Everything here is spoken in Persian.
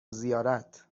زیارت